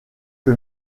que